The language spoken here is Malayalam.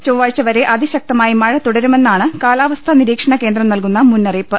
ചൊവ്വാഴ്ചവരെ അതിശക്തമായി മഴ തുടരുമെന്നാണ് കാലാവസ്ഥാ നിരീക്ഷണകേന്ദ്രം നൽകുന്ന മുന്നറിയിപ്പ്